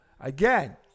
again